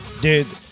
Dude